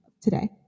today